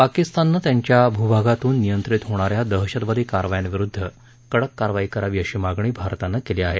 पाकिस्तानने त्यांच्या भूभागातून निमंत्रित होणा या दहशतवादी कारवायांविरुद्ध कडक कारवाई करावी अशी मागणी भारतानं केली आहे